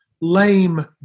lame